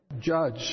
judge